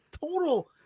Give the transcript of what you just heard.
total